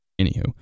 anywho